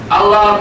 Allah